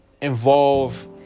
involve